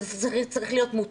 אבל זה צריך להיות מותאם,